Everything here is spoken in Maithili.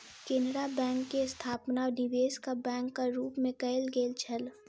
केनरा बैंक के स्थापना निवेशक बैंकक रूप मे कयल गेल छल